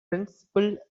principle